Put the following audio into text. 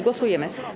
Głosujemy.